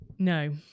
No